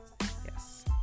yes